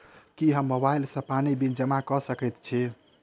की हम मोबाइल सँ पानि बिल जमा कऽ सकैत छी?